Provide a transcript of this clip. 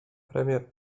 premier